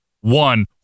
one